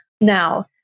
Now